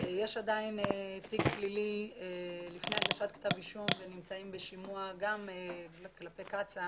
עדיין תיק פלילי לפני הגשת כתב אישום ונמצאים בשימוע גם כלפי קצ"א